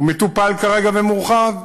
הוא מטופל כרגע ומורחב.